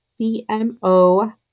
CMO